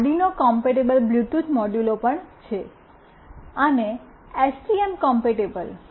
Arduino compatible bluetooth મોડ્યુલો પણ છે અને એસટીએમ કોમ્પેટિબલ